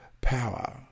power